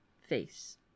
face